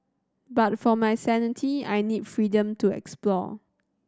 but for my sanity I need freedom to explore